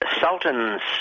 Sultan's